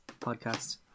podcast